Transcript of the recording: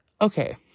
Okay